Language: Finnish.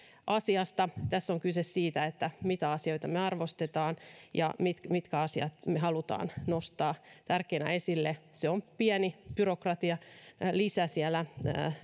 asiasta tässä on kyse siitä mitä asioita me arvostamme ja mitkä mitkä asiat me haluamme nostaa tärkeinä esille se on pieni byrokratialisä siellä